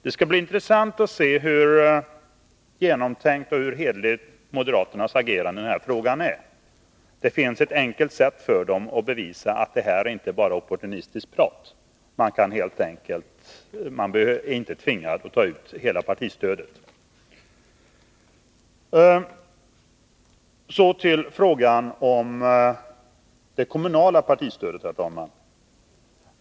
Det skall bli intressant att se hur genomtänkt och hur hederligt moderaternas agerande i den här frågan är. Det finns ett enkelt sätt för dem att bevisa att det här inte bara är opportunistiskt prat. De är inte tvingade att ta ut hela partistödet! Herr talman! Så till frågan om det kommunala partistödet.